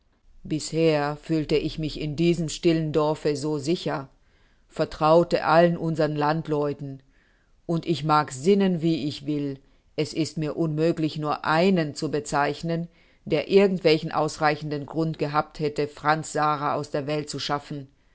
bisher fühlte ich mich in diesem stillen dorfe so sicher vertraute allen unsern landleuten und ich mag sinnen wie ich will es ist mir unmöglich nur einen zu bezeichnen der irgend welchen ausreichenden grund gehabt hätte franz sara aus der welt zu schaffen